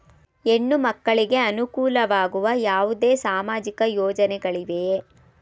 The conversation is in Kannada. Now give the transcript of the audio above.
ಹೆಣ್ಣು ಮಕ್ಕಳಿಗೆ ಅನುಕೂಲವಾಗುವ ಯಾವುದೇ ಸಾಮಾಜಿಕ ಯೋಜನೆಗಳಿವೆಯೇ?